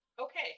okay